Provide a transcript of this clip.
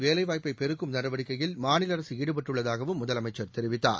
வேலைவாய்ப்பை பெருக்கும் நடவடிக்கையில் மாநில அரசு ஈடுபட்டுள்ளதாகவும் முதலமைச்சர் தெரிவித்தார்